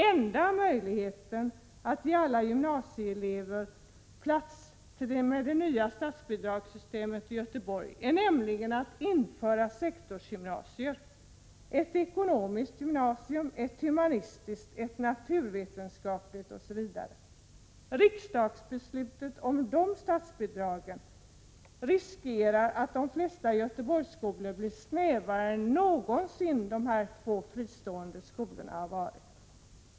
Enda möjligheten att med det nya statsbidragssystemet ge alla gymnasieelever plats i Göteborg är nämligen att införa sektorsgymnasier — ett ekonomiskt gymnasium, ett humanistiskt, ett naturvetenskapligt osv. Genom riksdagsbeslutet om statsbidragen riskerar vi att de flesta Göteborgsskolor blir snävare än någonsin de två fristående skolorna har varit.